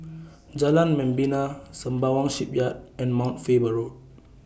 Jalan Membina Sembawang Shipyard and Mount Faber Road